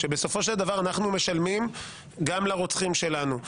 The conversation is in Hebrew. שבסופו של דבר אנחנו משלמים גם לרוצחים שלנו.